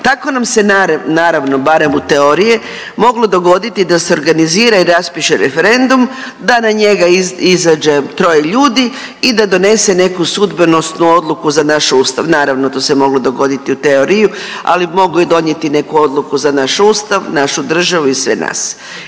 Tako nam se naravno barem u teoriji moglo dogoditi da se organizira i raspiše referendum, da na njega izađe troje ljudi i da donese neku sudbonosnu odluku za naš Ustav. Naravno to se moglo dogoditi u teoriji, ali mogu donijeti neku odluku za naš Ustav, našu državu i sve nas.